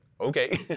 okay